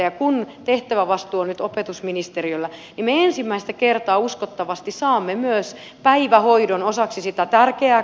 ja kun tehtävävastuu on nyt opetusministeriöllä niin me ensimmäistä kertaa uskottavasti saamme myös päivähoidon osaksi sitä tärkeää kasvatustehtävää